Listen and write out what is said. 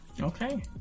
Okay